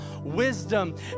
wisdom